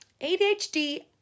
ADHD